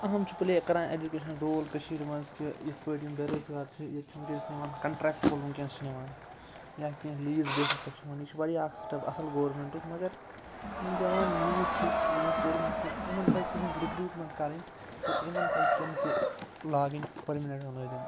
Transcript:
اَکھ اہم چھِ پٕلے کَران ایٚجُوکیشَن روٗل کٔشیٖر منٛز کہِ یِتھ پٲٹھۍ یِم بے روزگار چھِ ییٚتہِ چھِ وُنکیٚس نِوان کَنٹرٛیکچٕوَل وُنکیٚس چھِ نِوان یا کیٚنٛہہ لیٖز بیسَس پٮ۪ٹھ نِوان یہِ چھِ واریاہ اَکھ سٹیٚپ اصٕل گورمِنٛٹُک مَگَر یِم جَوان یوٗتھ چھِ یِمو پوٚرمُت چھِ یِمَن پَزِ تِہنٛز رِکریوٗٹمیٚنٛٹ کَرٕنۍ تہٕ یِمَن پَزِ تِم تہِ لاگٕنۍ پٔرمِنیٚنٛٹ ملٲزم